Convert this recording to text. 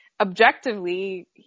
objectively